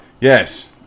Yes